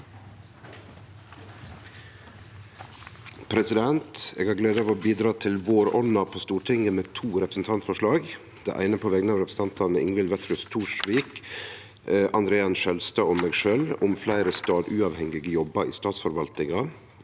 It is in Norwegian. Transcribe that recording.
Eg har gleda av å bidra til våronna på Stortinget med to representantforslag. Det eine er på vegner av representantane Ingvild Wetrhus Thorsvik, André N. Skjelstad og meg sjølv om fleire staduavhengige jobbar i statsforvaltinga.